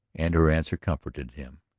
and her answer comforted him.